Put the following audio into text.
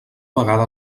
vegada